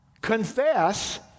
confess